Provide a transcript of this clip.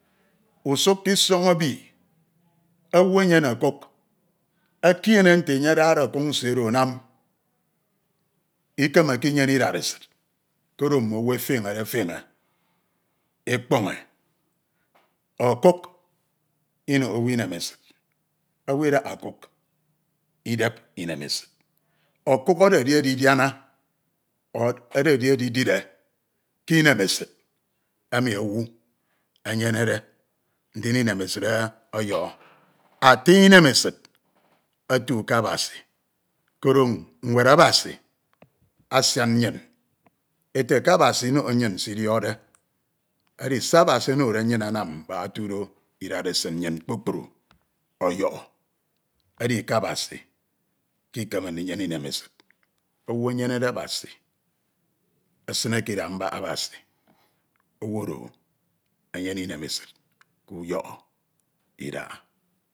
Usuk ke isọñ ebi owu enyene ọkuk ekiene nte enye adade okuk nsie oro anam, ikemeke inyene idaresid koro mme owu efenede feñe ekpọñe, ọkuk inoho owu ineonesid, owuidaha ọkwe idep inemesid, ọkuk ededi edi- diana o ededi edire ke inemesid emi owu enyenede, ndin inemesid oyokho ati inemesid otuke Abasi, Koro nwed Abasid nsian nnyim ete ke Abasi inoho nnyin si idiọkde, edi se Abasi onode nnyin edi mak otudo idaresid kpukpru ọyọkhọ, edi ke Abasi ke ikeme ndinyene inemesid owu enyenede Abasi esine ke idak mba Abasi, owu oro enyene inemesid uyọkho idaha